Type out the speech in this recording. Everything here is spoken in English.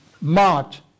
march